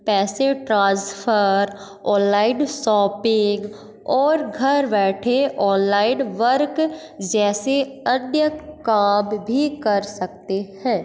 पैसे transfer online shopping और घर बैठे ऑनलाइन वर्क जैसे अन्य काम भी कर सकते हैं